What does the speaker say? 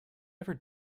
ever